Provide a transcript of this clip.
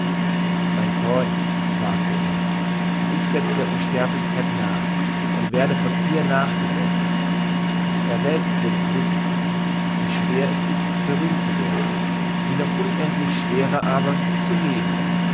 mein freund sagte er ich seze der unsterblichkeit nach und werde von ihr nachgesezt er selbst wird es wissen wie schwer es ist berühmt zu werden wie noch unendlich schwerer aber zu leben